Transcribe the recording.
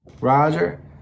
Roger